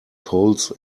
colds